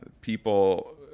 people